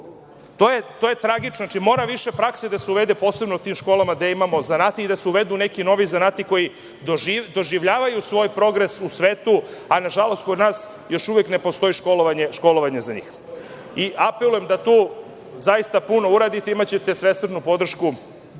To je tragično. Mora više prakse da se uvede u tim školama gde imamo zanate i da se uvedu neki novi zanati koji doživljavaju svoj progres u svetu, a nažalost kod nas još uvek ne postoji školovanje za njih. Apelujem da tu zaista puno uradite, imaćete svesrdnu podršku